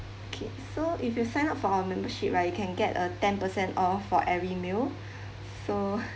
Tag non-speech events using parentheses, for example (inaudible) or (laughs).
okay so if you sign up for our membership right you can get a ten percent off for every meal so (laughs)